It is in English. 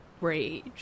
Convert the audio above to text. rage